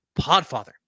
Podfather